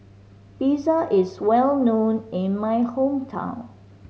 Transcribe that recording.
pizza is well known in my hometown